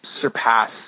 surpass